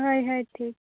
ᱦᱳᱭ ᱦᱳᱭ ᱴᱷᱤᱠ